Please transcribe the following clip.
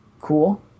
cool